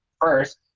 first